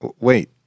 wait